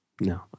No